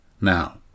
Now